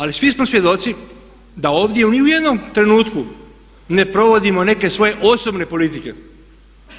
Ali svi smo svjedoci da ovdje ni u jednom trenutku ne provodimo neke svoje osobne politike,